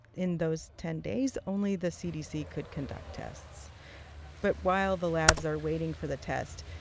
in those ten days, only the cdc could conduct tests but while the labs are waiting for the test,